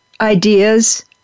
ideas